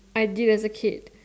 I did as a kid